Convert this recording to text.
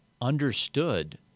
understood